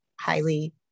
highly